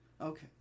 Okay